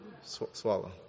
Swallow